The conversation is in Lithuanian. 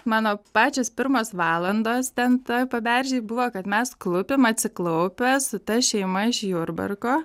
mano pačios pirmos valandos ten toj paberžėj buvo kad mes klūpim atsiklaupę su ta šeima iš jurbarko